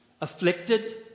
afflicted